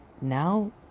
Now